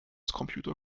computer